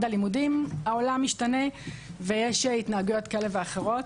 הלימודים העולם משתנה ויש התנהגויות כאלה ואחרות.